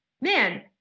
man